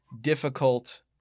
difficult